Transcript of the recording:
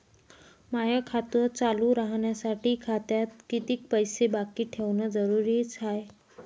माय खातं चालू राहासाठी खात्यात कितीक पैसे बाकी ठेवणं जरुरीच हाय?